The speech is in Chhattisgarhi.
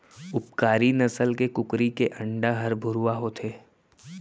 उपकारी नसल के कुकरी के अंडा हर भुरवा होथे